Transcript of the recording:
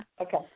Okay